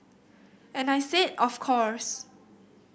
and I said of course